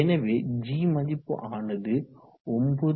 எனவே g மதிப்பு ஆனது 9